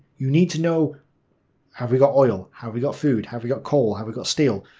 you need to know have we got oil? have we got food? have we got coal? have we got steel?